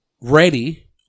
ready